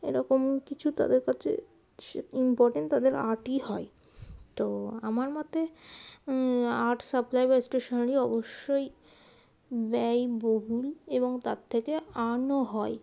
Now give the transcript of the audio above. এরকম কিছু তাদের কাছে ইম্পর্ট্যান্ট তাদের আর্টই হয় তো আমার মতে আর্ট সাপ্লাই বা স্টেশনারি অবশ্যই ব্যয়বহুল এবং তার থেকে আর্নও হয়